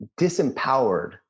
disempowered